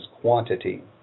quantity